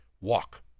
walk